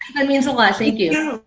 that means a lot. thank you.